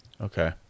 Okay